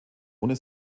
ohne